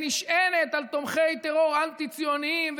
שנשענת על תומכי טרור אנטי-ציוניים.